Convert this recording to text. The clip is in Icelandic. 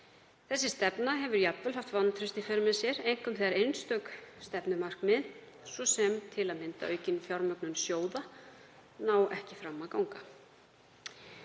Þessi staða hefur jafnvel haft vantraust í för með sér, einkum þegar einstök stefnumarkmið, svo sem aukin fjármögnun sjóða, ná ekki fram að ganga.